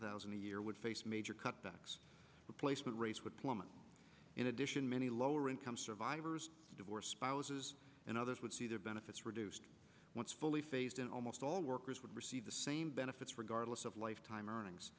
thousand a year would face major cutbacks replacement rates would plummet in addition many lower income survivors divorce spouses and others would see their benefits reduced once fully phased in almost all workers would receive the same benefits regardless of lifetime earnings